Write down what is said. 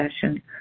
session